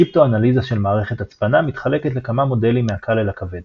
קריפטואנליזה של מערכת הצפנה מתחלקת לכמה מודלים מהקל אל הכבד